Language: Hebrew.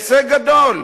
הישג גדול.